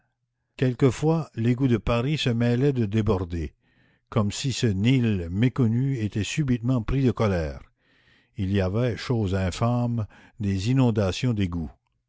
quelquefois l'égout de paris se mêlait de déborder comme si ce nil méconnu était subitement pris de colère il y avait chose infâme des inondations d'égout